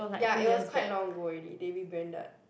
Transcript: ya it was quite long ago already they rebranded